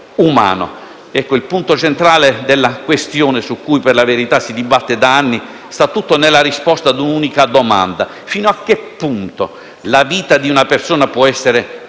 umano. Il punto centrale della delicatissima questione su cui, per la verità, si dibatte da anni, sta tutto nella risposta a un'unica domanda: fino a che punto la vita di una persona può essere considerata